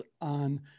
on